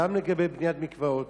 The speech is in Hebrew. גם לגבי בניית מקוואות